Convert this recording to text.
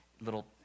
little